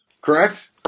Correct